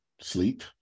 sleep